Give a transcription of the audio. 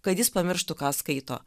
kad jis pamirštų ką skaito